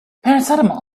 paracetamol